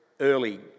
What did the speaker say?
early